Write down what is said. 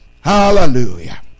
Hallelujah